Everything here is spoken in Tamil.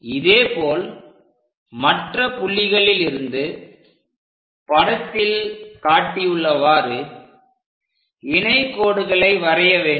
இதேபோல் மற்ற புள்ளிகளிலிருந்து படத்தில் காட்டியுள்ளவாறு இணை கோடுகளை வரைய வேண்டும்